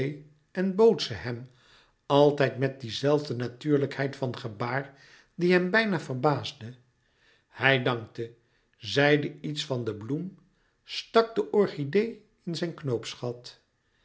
en bood ze hem altijd met die zelfde natuurlijkheid van gebaar die hem bijna verbaasde hij dankte zeide iets van de bloem stak de orchidee in zijn